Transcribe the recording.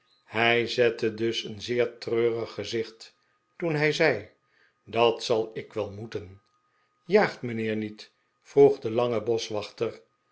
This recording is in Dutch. hij zette dus een zeer treurig gezicht toen hij zei dat zal ik wel moeten jaagt mijnheer niet vroeg de lange boschwachter